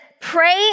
pray